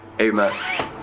Amen